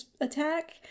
attack